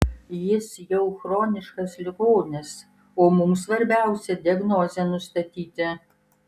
jis jau chroniškas ligonis o mums svarbiausia diagnozę nustatyti